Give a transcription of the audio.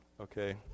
okay